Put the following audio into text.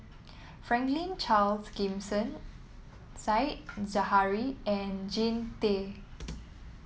Franklin Charles Gimson Said Zahari and Jean Tay